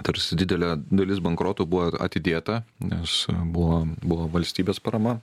tarsi didelė dalis bankrotų buvo atidėta nes buvo buvo valstybės parama